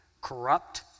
corrupt